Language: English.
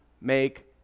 make